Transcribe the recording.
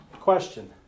question